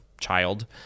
child